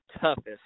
toughest